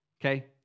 okay